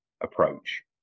approach